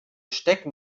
stecken